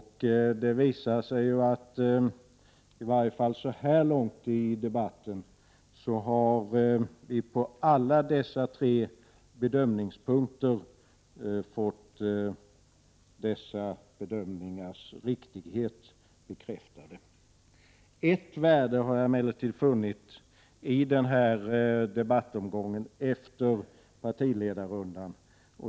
Det har visat sig att vi, i varje fall så här långt i debatten, på alla dessa tre punkter har fått våra bedömningars riktighet bekräftad. Ett värde har jag emellertid funnit i denna debattomgång efter partiledarrundan.